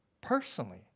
personally